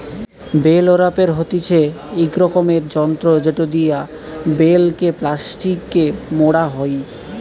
bell ওরাপের হতিছে ইক রকমের যন্ত্র জেটো দিয়া বেল কে প্লাস্টিকে মোড়া হই